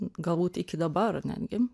galbūt iki dabar netgi